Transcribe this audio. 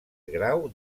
grau